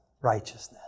righteousness